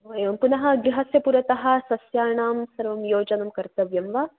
हो एवं गृहस्य पुरतः सस्याणां सर्वं योजनं कर्तव्यं वा